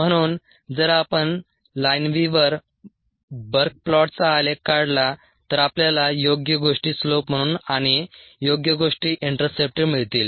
म्हणून जर आपण लाइनव्हिवर बर्क प्लॉटचा आलेख काढला तर आपल्याला योग्य गोष्टी स्लोप म्हणून आणि योग्य गोष्टी इंटरसेप्ट मिळतील